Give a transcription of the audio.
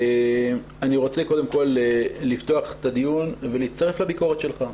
אני רוצה קודם כל לפתוח את הדיון ולהצטרף לביקורת שלך.